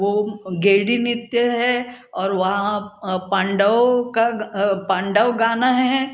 वो गेड़ी नृत्य है और वहाँ पांडव का पांडव गाना है